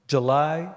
July